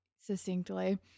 succinctly